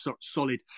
solid